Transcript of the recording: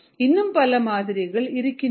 இன்னும் பல மாதிரிகள் இருக்கின்றன